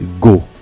go